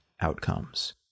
outcomes